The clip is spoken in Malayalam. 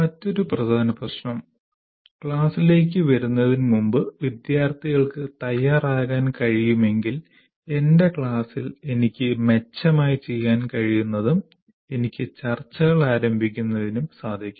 മറ്റൊരു പ്രധാന പ്രശ്നം ക്ലാസ്സിലേക്ക് വരുന്നതിനുമുമ്പ് വിദ്യാർത്ഥികൾക്ക് തയ്യാറാകാൻ കഴിയുമെങ്കിൽ എൻറെ ക്ലാസ്സിൽ എനിക്ക് മെച്ചമായി ചെയ്യാൻ കഴിയുന്നതും എനിക്ക് ചർച്ചകൾ ആരംഭിക്കുന്നത്തിനും സാധിക്കും